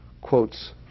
quotes